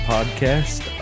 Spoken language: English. Podcast